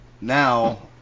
now